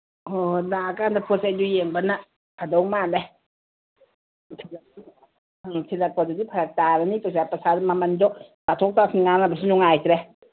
ꯑꯣ ꯂꯥꯛꯑꯀꯥꯟꯗ ꯄꯣꯠ ꯆꯩꯗꯨ ꯌꯦꯡꯕꯅ ꯐꯗꯧ ꯃꯥꯜꯂꯦ ꯑꯪ ꯊꯤꯜꯂꯛꯄꯗꯨꯁꯨ ꯐꯔꯛ ꯇꯥꯔꯅꯤ ꯄꯩꯁꯥ ꯃꯃꯟꯗꯣ ꯇꯥꯊꯣꯛ ꯇꯥꯁꯤꯟ ꯉꯥꯡꯅꯕꯁꯨ ꯅꯨꯡꯉꯥꯏꯇ꯭ꯔꯦ